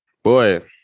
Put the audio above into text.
Boy